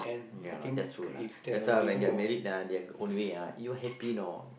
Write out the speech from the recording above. ya that's true lah that's why when they married ah they are on the way ah you happy you know